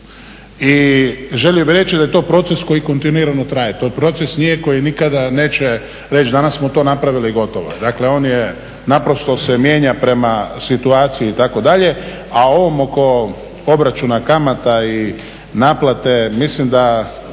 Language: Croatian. I želio bih reći da je to proces koji kontinuirano traje, to proces nije koji nikada neće reći danas smo to napravili i gotovo, dakle on je, naprosto se mijenja prema situaciji, itd., a ovo oko obračuna kamata i naplate, mislim da